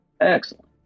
Excellent